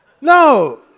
No